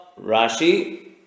Rashi